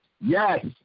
yes